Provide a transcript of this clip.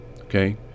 Okay